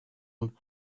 and